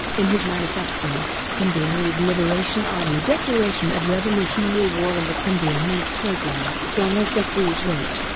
in his manifesto symbionese liberation army declaration of revolutionary war and the symbionese program, donald defreeze wrote,